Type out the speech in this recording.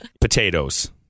potatoes